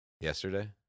Yesterday